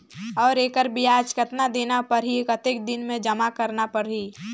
और एकर ब्याज कतना देना परही कतेक दिन मे जमा करना परही??